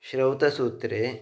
श्रौतसूत्रे